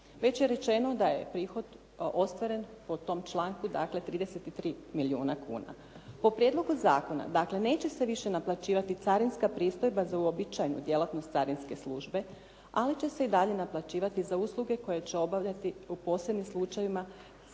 Već je rečeno da je prihod ostvaren po tom članku dakle 33 milijuna kuna. Po prijedlogu zakona dakle neće se više naplaćivati carinska pristojba za uobičajenu djelatnost carinske službe ali će se i dalje naplaćivati za usluge koje će obavljati u posebnim slučajevima dakle